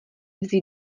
vzít